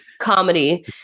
comedy